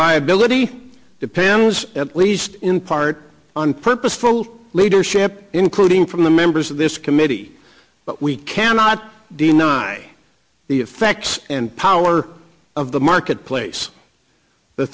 liability depends at least in part on purposeful leadership including from the members of this committee but we cannot deny the effects and power of the marketplace the